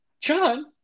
John